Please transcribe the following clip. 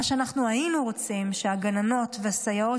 מה שהיינו רוצים שהגננות והסייעות